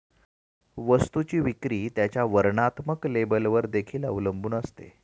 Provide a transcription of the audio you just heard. वस्तूची विक्री त्याच्या वर्णात्मक लेबलवर देखील अवलंबून असते